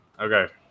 Okay